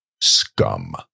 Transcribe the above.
scum